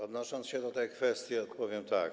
Odnosząc się do tej kwestii, odpowiem tak.